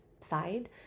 side